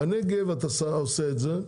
בנגב אתה עושה את זה,